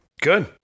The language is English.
Good